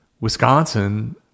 Wisconsin